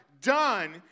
done